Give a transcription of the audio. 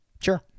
sure